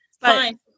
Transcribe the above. fine